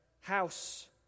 House